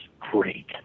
great